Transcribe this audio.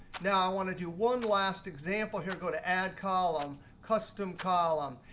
now i want to do one last example here. go to add column, custom column.